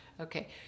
Okay